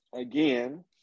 again